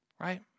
Right